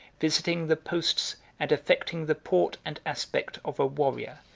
visiting the posts, and affecting the port and aspect of a warrior,